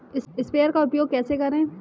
Sprayer का उपयोग कैसे करें?